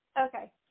Okay